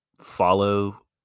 follow